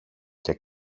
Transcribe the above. και